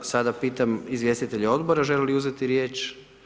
A sada pitam izvjestitelje odbora žele li uzeti riječ?